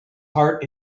heart